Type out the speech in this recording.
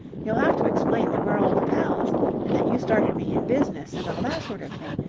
you'll have to explain that we're old pals and that you started me in business and all that sort of thing.